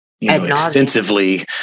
extensively